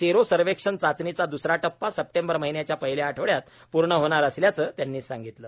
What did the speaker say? sero सर्वेक्षण चाचणीचा द्सरा टप्पा सप्टेंबर महिन्याच्या पहिल्या आठवड्यात पूर्ण होणार असल्याचं त्यांनी सांगितलं